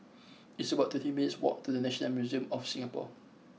it's about twenty minutes' walk to the National Museum of Singapore